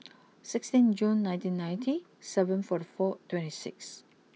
sixteen June nineteen ninety seven forty four twenty six